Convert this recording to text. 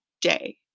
day